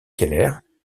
keller